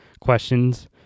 questions